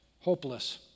hopeless